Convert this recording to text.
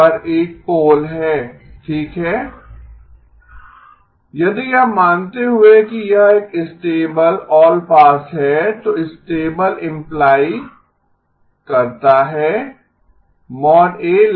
¿ a∨¿ यदि यह मानते हुए कि यह एक स्टेबल ऑलपास है तो स्टेबल इम्प्लाई करता है